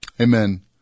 amen